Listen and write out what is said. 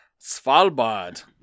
svalbard